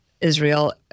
Israel